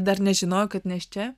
dar nežinojau kad nėščia